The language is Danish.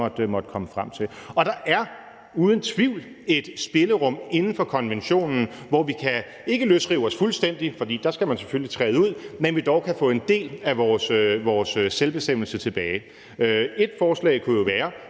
måtte komme frem til. Og der er uden tvivl et spillerum inden for konventionen, hvor vi kan – ikke løsrive os fuldstændig, for der skal man selvfølgelig træde ud – men dog få en del af vores selvbestemmelse tilbage. Et forslag kunne jo være,